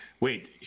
Wait